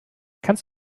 kannst